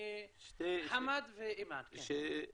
בבקשה.